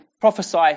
prophesy